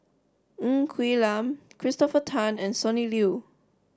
Ng Quee Lam Christopher Tan and Sonny Liew